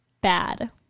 bad